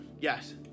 yes